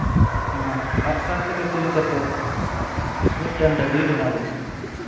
ᱚᱱᱟ ᱟᱸᱜ ᱥᱟᱨ ᱛᱮᱜᱮ ᱛᱩᱧ ᱠᱟᱛᱮᱫ ᱢᱤᱫ ᱴᱮᱱ ᱴᱟᱹᱰᱤ ᱵᱮᱱᱟᱣ ᱞᱮᱫᱼᱟᱭ